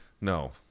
no